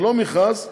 ללא מכרז,